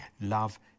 Love